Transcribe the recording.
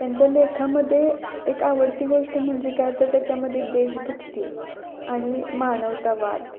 त्यांच्या लेखामध्ये एक आवडती गोष्ट म्हणजे काय तर त्याच्यामध्ये देशभक्ती आणि मानवतावाद